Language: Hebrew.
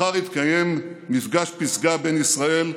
מחר יתקיים מפגש פסגה בין ישראל,